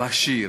והשיר